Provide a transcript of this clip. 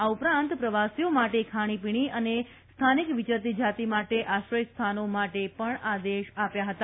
આ ઉપરાંત પ્રવાસીઓ માટે ખાણી પીણી અને સ્થાનિક વિચરતી જાતિ માટે આશ્રયસ્થાનો માટે પણ આદેશ આપ્યા હતા